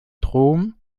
strom